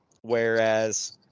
whereas